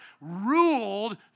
ruled